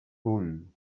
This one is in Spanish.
bull